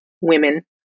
women